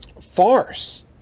farce